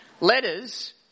letters